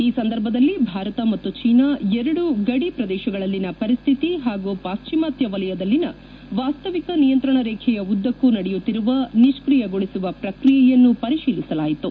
ಈ ಸಂದರ್ಭದಲ್ಲಿ ಭಾರತ ಮತ್ತು ಚೀನಾ ಎರಡೂ ಗಡಿ ಪ್ರದೇಶಗಳಲ್ಲಿನ ಪರಿಸ್ಥಿತಿ ಮತ್ತು ಪಾಶ್ಚಿಮಾತ್ಯ ವಲಯದಲ್ಲಿನ ವಾಸ್ತವಿಕ ನಿಯಂತ್ರಣ ರೇಖೆಯ ಉದ್ದಕ್ಕೂ ನಡೆಯುತ್ತಿರುವ ನಿಷ್ಕಿಯಗೊಳಿಸುವ ಪ್ರಕ್ರಿಯೆಯನ್ನು ಪರಿಶೀಲಿಸಲಾಯಿತು